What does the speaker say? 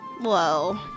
Whoa